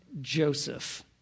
Joseph